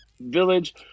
village